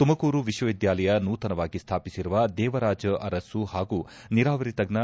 ತುಮಕೂರು ವಿಶ್ವವಿದ್ಯಾಲಯ ನೂತನವಾಗಿ ಸ್ಥಾಪಿಸಿರುವ ದೇವರಾಜು ಅರಸು ಹಾಗೂ ನೀರಾವರಿ ತಜ್ಞ